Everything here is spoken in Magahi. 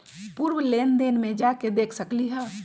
पूर्व लेन देन में जाके देखसकली ह?